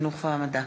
החינוך והמדע.